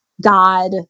God